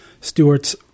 Stewarts